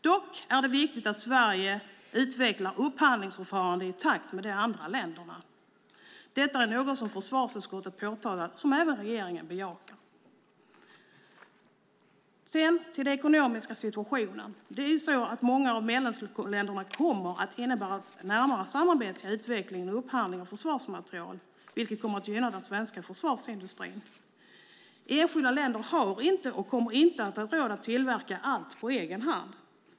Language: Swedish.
Det är dock viktigt att Sverige utvecklar upphandlingsförfarandet i samma takt som de andra länderna. Detta är något som försvarsutskottet har påtalat och som regeringen bejakar. Den ekonomiska situationen kommer i många av medlemsländerna att innebära ett närmare samarbete i utvecklingen och upphandlingen av försvarsmateriel, vilket kommer att gynna den svenska försvarsindustrin. Enskilda länder har inte och kommer inte att ha råd att tillverka allt på egen hand.